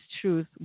truth